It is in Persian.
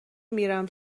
میرم